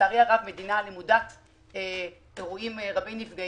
לצערי הרב אנחנו מדינה למודת אירועים רבי-נפגעים